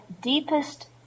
deepest